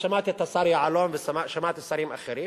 ושמעתי את השר יעלון ושמעתי שרים אחרים